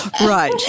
Right